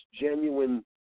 genuine